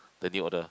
the new order